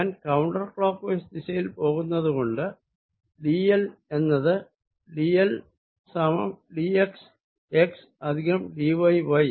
ഞാൻ counter clockwise ദിശയിൽ പോകുന്നത് കൊണ്ട് dl എന്നത് dl സമം d x x plus d y y